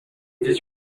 dix